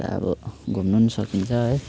त अब घुम्नु पनि सकिन्छ है